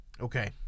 okay